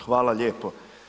Hvala lijepo.